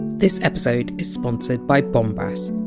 this episode is sponsored by bombas.